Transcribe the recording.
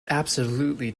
absolutely